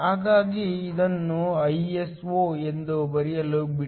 ಹಾಗಾಗಿ ಇದನ್ನು Iso ಎಂದು ಬರೆಯಲು ಬಿಡಿ